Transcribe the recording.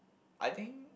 I think